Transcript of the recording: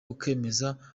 ukemeza